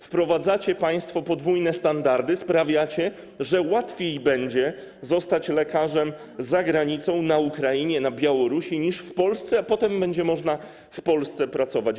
Wprowadzacie państwo podwójne standardy, sprawiacie, że łatwiej będzie zostać lekarzem za granicą, na Ukrainie, na Białorusi niż w Polsce, a potem będzie można w Polsce pracować.